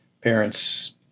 Parents